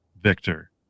victor